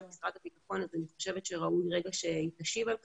משרד הביטחון אז אני חושבת שראוי רגע שהיא תשיב על כך,